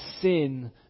sin